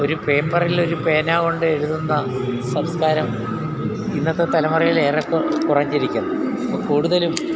ഒരു പേപ്പറിലൊരു പേനാ കൊണ്ട് എഴുതുന്ന സംസ്കാരം ഇന്നത്തെ തലമുറയിൽ ഏറെ കുറഞ്ഞിരിക്കുന്നു കൂടുതലും